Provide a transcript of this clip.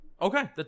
Okay